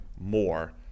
more